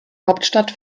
hauptstadt